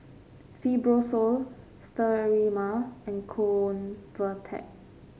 Fibrosol Sterimar and Convatec